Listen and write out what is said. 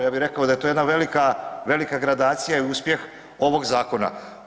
Ja bih rekao da je to jedna velika gradacija i uspjeh ovog zakona.